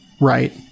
right